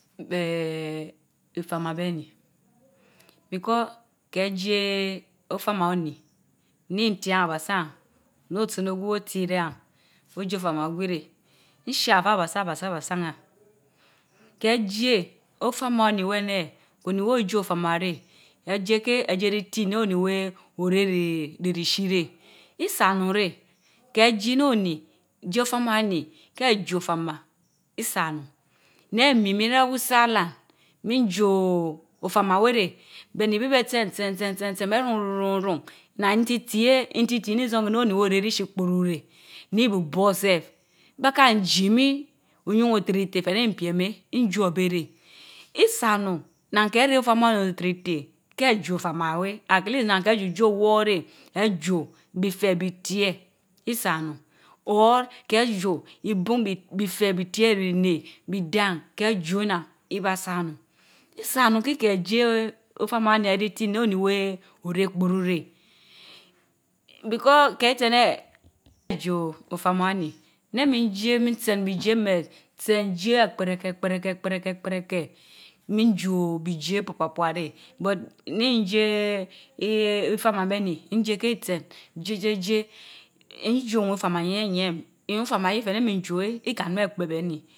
beh, ifaama beh nii because keh jie ofaama onii, nintian abaasan, notin. ogwi tii reh an, ojo fama gwi reh, nsha feh abaasan abaasan neh keh jie ofama nii weh neh, oni weh ojo fama reh, ejie keh ejie jiiti non oni weh oreh reeh reh ishi reh isan onun reh keh jii noo nii, jie ofama oni, keh jo ofama, isa onun. Neh mii, mon reh hausa land mi jo ofoma weh reh, behnii beý neh tsen tsen tsen tsen tsen beh ruun ruun ruun run. naa ntiitii- eh, nti tii neh nson, noh oni weh oreh rishii kpumah reh, nibuborsef, beh kan jii mii oyun weh otirite tehneh mii piem yeh. min jo abeh reh. isa onun naan keh reh ofaama oniterite keh jo ofama weh atleast naa, keh ji jo woor reh, ejo biteh bi tie, isa onun or keh ibun, bifeh bi rie, bineh, bidan keh jo naan, ibaa sa onun. sa onun tii keh jie ofama oni ejitii neh onii weh oreh kpuru reh because keh itsi eneh, jo ofama eni neh min jie min sen, minjie meh, tsen jie ekperekeh kperekeh, kperekeh minso bijie kpa pa kpa reh but nii njie eee eeh ofama benii, njie keh tsen, jiejie jie, njio ewie ofama yiem yien, owin fama yie feh neh minjio yie, ikan mii akpebenii